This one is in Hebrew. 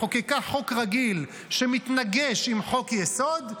חוקקה חוק רגיל שמתנגש עם חוק-יסוד,